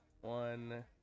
one